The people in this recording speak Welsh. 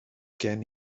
gen